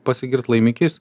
pasigirt laimikiais